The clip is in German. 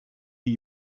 wie